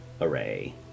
array